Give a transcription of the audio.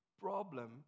problem